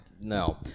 No